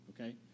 okay